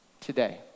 today